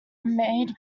made